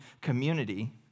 community